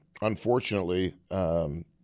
unfortunately